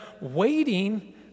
waiting